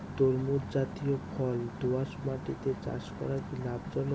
তরমুজ জাতিয় ফল দোঁয়াশ মাটিতে চাষ করা কি লাভজনক?